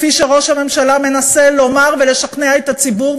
כפי שראש הממשלה מנסה לומר ולשכנע את הציבור,